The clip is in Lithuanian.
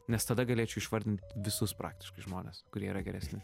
nes tada galėčiau išvardint visus praktiškai žmones kurie yra geresni